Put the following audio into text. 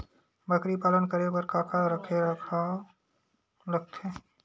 बकरी पालन करे बर काका रख रखाव लगथे?